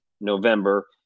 November